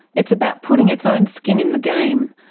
it's about putting its own skin in the game.